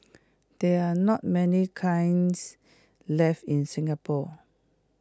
there are not many kilns left in Singapore